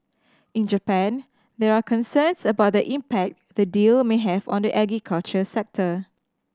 in Japan there are concerns about the impact the deal may have on the agriculture sector